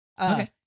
okay